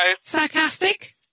Sarcastic